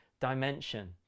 dimension